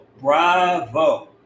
bravo